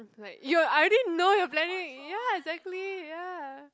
like you I already know you are planning ya exactly ya